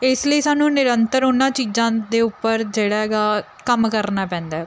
ਇਸ ਲਈ ਸਾਨੂੰ ਨਿਰੰਤਰ ਉਹਨਾਂ ਚੀਜ਼ਾਂ ਦੇ ਉੱਪਰ ਜਿਹੜਾ ਐਗਾ ਕੰਮ ਕਰਨਾ ਪੈਂਦਾ